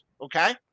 okay